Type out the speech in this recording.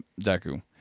Deku